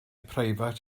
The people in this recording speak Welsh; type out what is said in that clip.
preifat